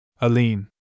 Aline